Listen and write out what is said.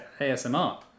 ASMR